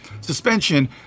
suspension